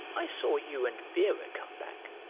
i saw you and vera come back,